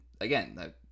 again